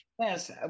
yes